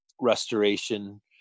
restoration